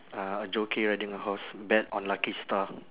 uh a jockey riding a horse bet on lucky star